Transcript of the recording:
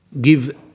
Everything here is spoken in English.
give